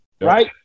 right